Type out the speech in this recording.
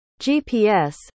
GPS